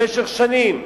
במשך שנים,